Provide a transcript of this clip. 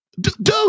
Dude